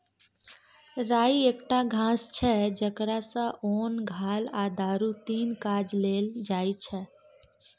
राइ एकटा घास छै जकरा सँ ओन, घाल आ दारु तीनु काज लेल जाइ छै